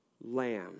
Lamb